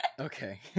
okay